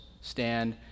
stand